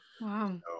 Wow